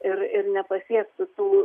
ir ir nepasiektų tų